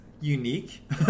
unique